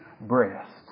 breast